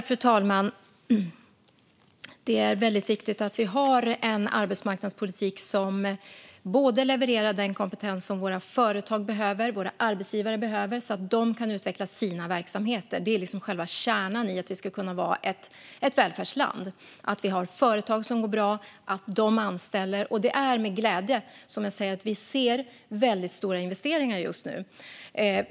Fru talman! Det är väldigt viktigt att vi har en arbetsmarknadspolitik som levererar den kompetens som våra företag och våra arbetsgivare behöver så att de kan utveckla sina verksamheter. Det är liksom själva kärnan i att Sverige ska kunna vara ett välfärdsland att vi har företag som går bra och att de anställer. Det är med glädje jag säger att vi ser väldigt stora investeringar just nu.